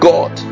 God